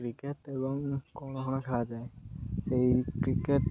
cricket ଏବଂ କ'ଣ କ'ଣ ଖେଳା ଯାଏ ସେଇ କ୍ରିକେଟ୍